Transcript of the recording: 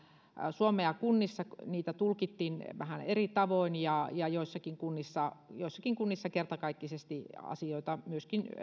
suomea niitä tulkittiin vähän eri tavoin ja ja joissakin kunnissa joissakin kunnissa kertakaikkisesti asioita myöskin